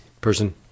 person